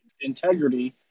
integrity